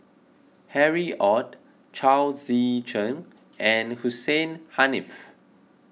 Harry Ord Chao Tzee Cheng and Hussein Haniff